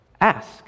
Ask